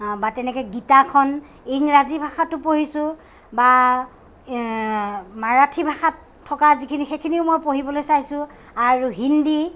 বা তেনেকৈ গীতাখন ইংৰাজী ভাষাতো পঢ়িছোঁ বা মাৰাঠী ভাষাত থকা যিখিনি সেইখিনিও মই পঢ়িবলৈ চাইছোঁ আৰু হিন্দী